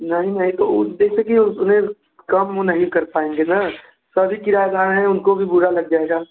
नहीं नहीं तो वो जैसे कि उतने कम वो नहीं कर पाएंगे ना सभी किराएदार हैं उनको भी बुरा लग जाएगा